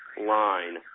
line